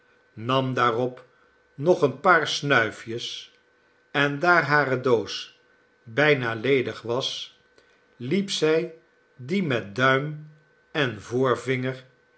nam daarop nog een paar snuifjes en daar hare doos bijna ledig was hep zij die met duim en